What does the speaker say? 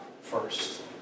first